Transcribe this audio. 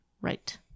Right